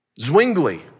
Zwingli